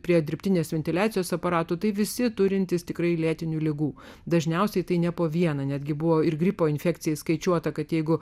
prie dirbtinės ventiliacijos aparatų tai visi turintys tikrai lėtinių ligų dažniausiai tai ne po vieną netgi buvo ir gripo infekcijai skaičiuota kad jeigu